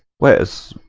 was